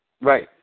Right